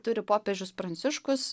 turi popiežius pranciškus